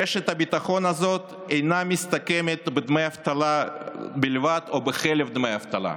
רשת הביטחון הזאת אינה מסתכמת בדמי אבטלה בלבד או בחלף דמי אבטלה.